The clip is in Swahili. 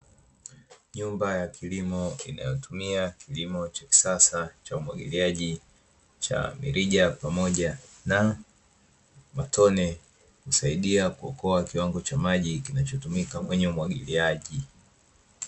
Nyumba ya kilimo inayotumia kilimo cha kisasa cha umwagiliaji, cha mirija pamoja na matone, husaidia kuokoa kiwango cha maji kinachotumika kwenye umwagiliaji.